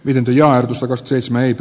vienti ja sota siis meitä